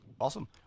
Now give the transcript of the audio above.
Awesome